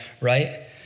right